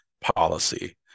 policy